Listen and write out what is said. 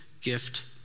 gift